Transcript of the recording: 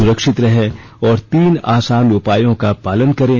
सुरक्षित रहें और तीन आसान उपायों का पालन करें